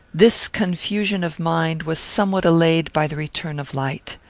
this confusion of mind was somewhat allayed by the return of light.